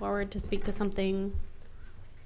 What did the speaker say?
forward to speak to something